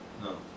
No